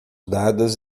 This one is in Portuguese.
dadas